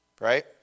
right